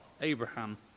Abraham